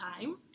time